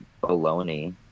bologna